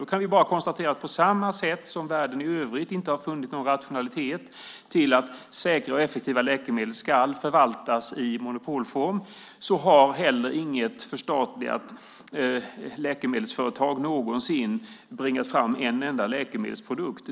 Då kan vi bara konstatera att på samma sätt som världen i övrigt inte har funnit någon rationalitet i att säkra och effektiva läkemedel ska förvaltas i monopolform har inget förstatligat läkemedelsföretag någonsin bringat fram en enda läkemedelsprodukt.